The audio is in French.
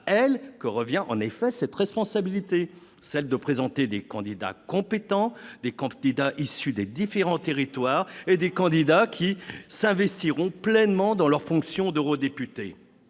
à elles que revient en effet cette responsabilité, celle de présenter des candidats compétents, issus des différents territoires et qui s'investiront pleinement dans leurs fonctions d'eurodéputés.